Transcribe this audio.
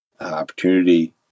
opportunity